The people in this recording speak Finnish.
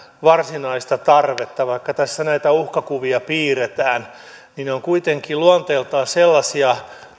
varsinaista tarvetta vaikka tässä näitä uhkakuvia piirretään niin nämä uhkakuvat ovat kuitenkin luonteeltaan sellaisia